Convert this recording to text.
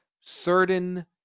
certain